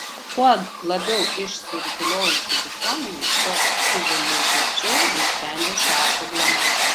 kuo labiau išsirutuliojusi visuomenė tuo civilizuočiau ji sprendžia šią problemą